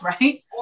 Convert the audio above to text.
right